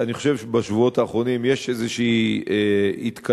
אני חושב שבשבועות האחרונים יש איזושהי התקדמות,